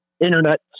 internet